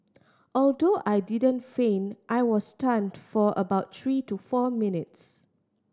although I didn't faint I was stunned for about three to four minutes